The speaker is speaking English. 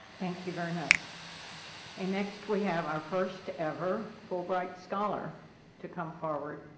thank you very much and next we have our first ever fulbright scholar to come forward